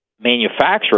manufacturer